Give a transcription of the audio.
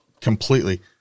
Completely